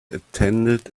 attended